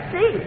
See